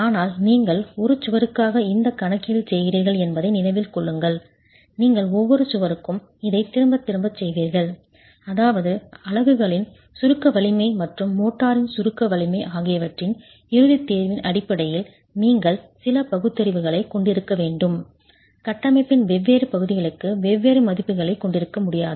ஆனால் நீங்கள் ஒரு சுவருக்காக இந்த கணக்கீடு செய்கிறீர்கள் என்பதை நினைவில் கொள்ளுங்கள் நீங்கள் ஒவ்வொரு சுவருக்கும் இதைத் திரும்பத் திரும்பச் செய்வீர்கள் அதாவது அலகுகளின் சுருக்க வலிமை மற்றும் மோர்டாரின் சுருக்க வலிமை ஆகியவற்றின் இறுதித் தேர்வின் அடிப்படையில் நீங்கள் சில பகுத்தறிவுகளைக் கொண்டிருக்க வேண்டும் கட்டமைப்பின் வெவ்வேறு பகுதிகளுக்கு வெவ்வேறு மதிப்புகளைக் கொண்டிருக்க முடியாது